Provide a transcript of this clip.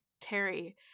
Terry